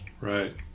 right